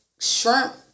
shrimp